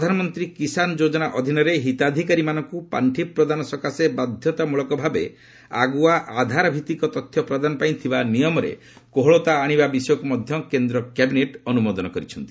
ପ୍ରଧାନମନ୍ତ୍ରୀ କିଷାନ ଯୋଜନା ଅଧୀନରେ ହିତାଧିକାରୀମାନଙ୍କୁ ପାର୍ଷି ପ୍ରଦାନ ସକାଶେ ବାଧତାମ୍ରଳକଭାବେ ଆଗୁଆ ଆଧାର ଭିଭିକ ତଥ୍ୟ ପ୍ରଦାନ ପାଇଁ ଥିବା ନିୟମରେ କୋହଳତା ଆଣିବା ବିଷୟକୁ ମଧ୍ୟ କେନ୍ଦ୍ର କ୍ୟାବିନେଟ ଅନ୍ତମୋଦନ କରିଛି